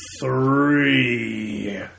three